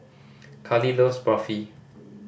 Kali loves Barfi